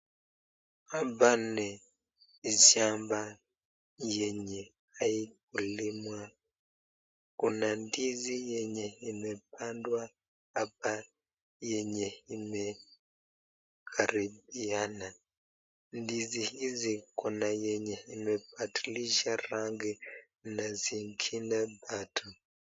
Hapa ni shamba yenye haikulimwa , kuna ndizi yenye imepandwa hapa yenye imekaribiana. Ndizi hizi kuna yenye imebadilisha rangi na zingine bado.